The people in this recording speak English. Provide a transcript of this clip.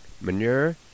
manure